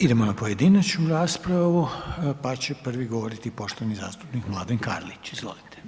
Idemo na pojedinačnu raspravu pa će prvi govoriti poštovani zastupnika Mladen Karlić, izvolite.